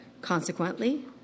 Consequently